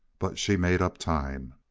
but she made up time.